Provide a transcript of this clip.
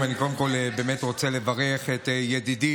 נבחרת ישראל,